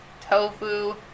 tofu